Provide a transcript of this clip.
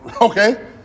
Okay